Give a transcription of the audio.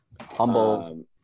Humble